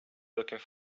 looking